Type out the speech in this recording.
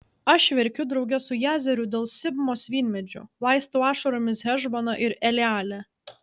aš verkiu drauge su jazeru dėl sibmos vynmedžių laistau ašaromis hešboną ir elealę